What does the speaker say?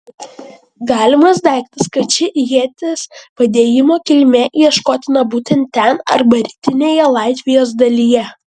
galimas daiktas kad ši ieties padėjimo kilmė ieškotina būtent ten arba rytinėje latvijos dalyje